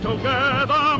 Together